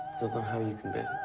ah how you can bear